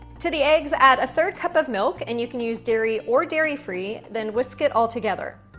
to the eggs, add a third cup of milk. and you can use dairy or dairy-free. then whisk it all together.